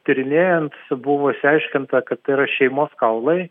tyrinėjant buvo išsiaiškinta kad tai yra šeimos kaulai